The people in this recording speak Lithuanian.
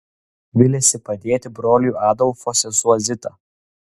viliasi padėti broliui adolfo sesuo zita